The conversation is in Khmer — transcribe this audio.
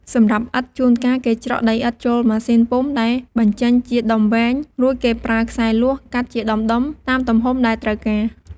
សម្រាប់ឥដ្ឋ ជួនកាលគេច្រកដីឥដ្ឋចូលម៉ាស៊ីនពុម្ពដែលបញ្ចេញជាដុំវែង រួចគេប្រើខ្សែលួសកាត់ជាដុំៗតាមទំហំដែលត្រូវការ។